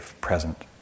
present